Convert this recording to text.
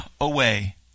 away